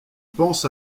pense